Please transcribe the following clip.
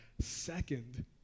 Second